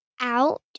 out